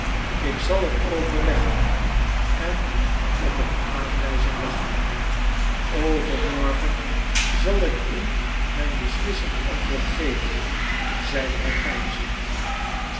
ik zal het overleggen en op een aanwijzing wachten overmorgen zal ik u mijn beslissend antwoord geven zeide hij